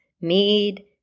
mead